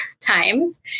times